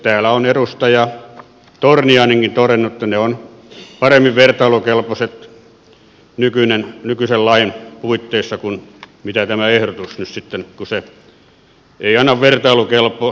täällä on edustaja torniainenkin todennut että todistukset ovat paremmin vertailukelpoiset nykyisen lain puitteissa kuin nyt tässä ehdotuksessa koska tämä ei anna vertailukelpoista tilastoa